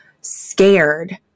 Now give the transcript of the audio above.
scared